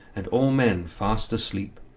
and all men fast asleep,